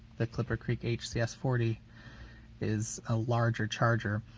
the clipper creek hcs forty is a larger charger.